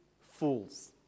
fools